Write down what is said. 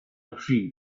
tree